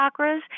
chakras